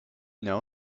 know